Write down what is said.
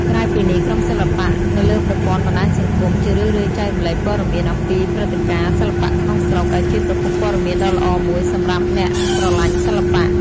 ក្រៅពីនេះ ក្រុមសិល្បៈ នៅលើប្រព័ន្ធបណ្តាញសង្គម ជារឿយៗចែករំលែកព័ត៌មានអំពីព្រឹត្តិការណ៍សិល្បៈក្នុងស្រុក ដែលជាប្រភពព័ត៌មានដ៏ល្អមួយសម្រាប់អ្នកស្រឡាញ់សិល្បៈ។